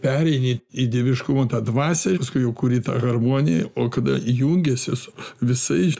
pereini į dieviškumo tą dvasią ir paskui jau kuri tą harmoniją o kada jungiasi su visais